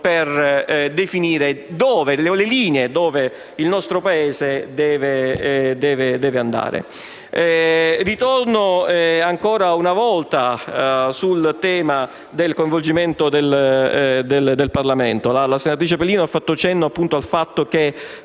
per definire le linee lungo le quali il nostro Paese deve muoversi. Ritorno ancora una volta sul tema del coinvolgimento del Parlamento. La senatrice Pelino ha fatto cenno al fatto che